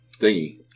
thingy